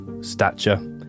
stature